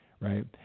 right